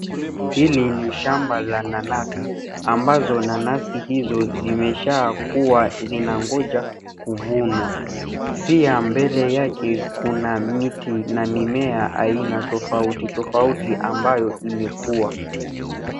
Hili ni shamba la nanasi ambazo nanasi hizo zimeshakuwa zinangoja kufunwa. Pia mbele yake kuna miti na mimea aina tofauti tofauti ambayo imekuwa.